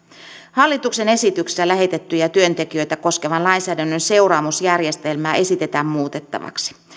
hallituksen esityksessä lähetettyjä työntekijöitä koskevan lainsäädännön seuraamusjärjestelmää esitetään muutettavaksi